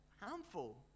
harmful